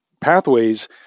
pathways